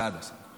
סעדה, סעדה.